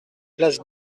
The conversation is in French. place